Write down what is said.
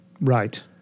Right